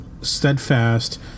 steadfast